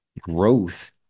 growth